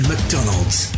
McDonald's